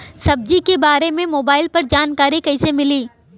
सब्जी के बारे मे मोबाइल पर जानकारी कईसे मिली?